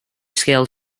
scale